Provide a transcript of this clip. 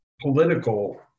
political